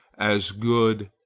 as good,